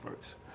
first